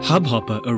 Hubhopper